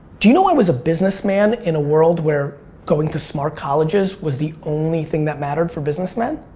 do you know i was a business man in a world where going to smart colleges was the only thing that mattered for business men?